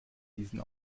diesen